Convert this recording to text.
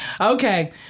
Okay